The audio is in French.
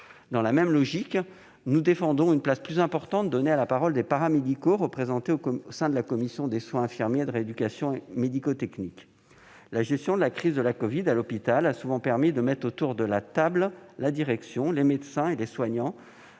Dans la même logique, nous défendons une place plus importante donnée à la parole des personnels paramédicaux représentés au sein de la commission des soins infirmiers, de rééducation et médico-techniques. La gestion de la crise de la covid à l'hôpital a souvent permis de « mettre autour de la table » la direction, les médecins et les soignants,